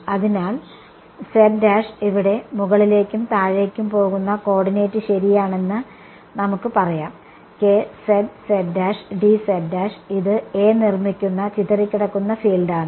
അതിനാൽ ഇവിടെ മുകളിലേക്കും താഴേക്കും പോകുന്ന കോർഡിനേറ്റ് ശരിയാണെന്ന് നമുക്ക് പറയാം ഇത് A നിർമ്മിക്കുന്ന ചിതറിക്കിടക്കുന്ന ഫീൽഡാണ്